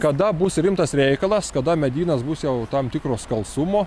kada bus rimtas reikalas kada medynas bus jau tam tikro skalsumo